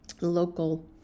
local